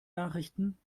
nachrichten